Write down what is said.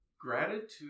gratitude